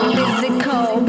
Physical